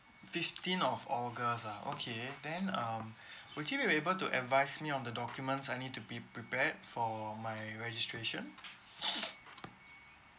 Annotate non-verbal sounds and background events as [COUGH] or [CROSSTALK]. fifteenth of august ah okay then um [BREATH] would you be able to advise me on the documents I need to be prepared for my registration [NOISE]